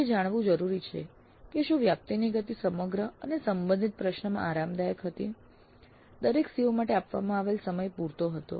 તે જાણવું જરૂરી છે કે શું વ્યાપ્તિની ગતિ સમગ્ર અને સંબંધિત પ્રશ્નમાં આરામદાયક હતી દરેક CO માટે આપવામાં આવેલ સમય પૂરતો હતો